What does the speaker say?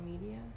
media